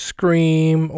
Scream